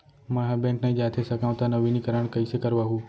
मैं ह बैंक नई जाथे सकंव त नवीनीकरण कइसे करवाहू?